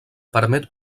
permet